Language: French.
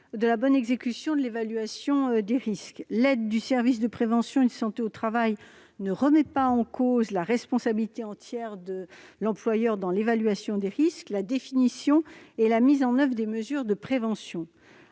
de la bonne exécution de l'évaluation des risques. L'aide du service de prévention et de santé au travail ne remet pas en cause la responsabilité entière de l'employeur dans l'évaluation des risques, ainsi que dans la définition et la mise en oeuvre des mesures de prévention.